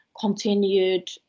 continued